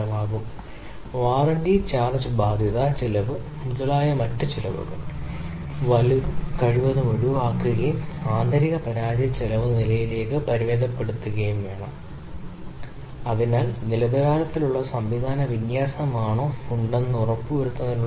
അതിനാൽ വഴി സജ്ജീകരിക്കാൻ കഴിയുമെങ്കിൽ ഡിസൈൻ സ്പെസിഫിക്കേഷനിൽ നിന്നും പ്രോസസ്സ് നിയന്ത്രണത്തിനായി നിങ്ങൾക്കറിയാവുന്ന പ്രത്യേക ടോളറൻസ് ശ്രേണി ഇതിനകം ലഭ്യമായ ശ്രേണി പ്രക്രിയയെ പുറത്തുപോകാൻ നിങ്ങളെ അനുവദിക്കരുത്nഡിസൈൻ സ്പെസിഫിക്കേഷനിൽ അർത്ഥമാക്കുന്ന പ്രക്രിയയെ സഹിഷ്ണുത കാണിക്കുന്നു